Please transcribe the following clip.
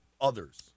others